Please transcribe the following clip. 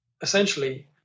essentially